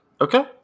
Okay